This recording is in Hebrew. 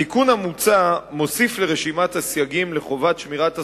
התיקון המוצע הוא להוסיף לרשימת הסייגים לחובת שמירת הסודיות,